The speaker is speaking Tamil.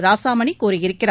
ராசாமணி கூறியிருக்கிறார்